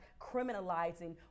criminalizing